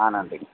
ஆ நன்றி மேம்